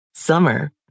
Summer